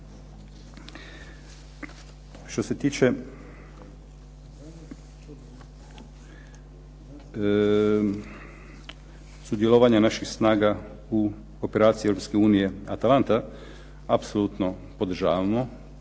Što se tiče sudjelovanja naših snaga u operaciji Europske unije Atalanta, apsolutno podržavamo